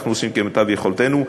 אנחנו עושים כמיטב יכולתנו.